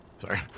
Sorry